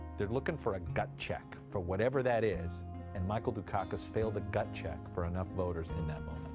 they're lookin' for a gut check, for whatever that is and michael dukakis failed a gut check for enough voters in that